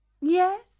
Yes